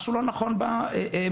משהו לא נכון מתרחש.